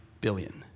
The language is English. billion